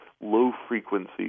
low-frequency